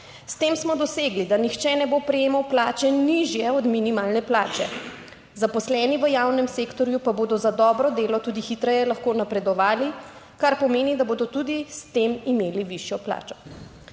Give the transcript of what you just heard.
S tem smo dosegli, da nihče ne bo prejemal plače nižje od minimalne plače. Zaposleni v javnem sektorju pa bodo za dobro delo tudi hitreje lahko napredovali, kar pomeni, da bodo tudi s tem imeli višjo plačo.